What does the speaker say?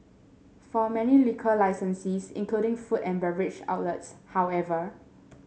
for many liquor licensees including food and beverage outlets however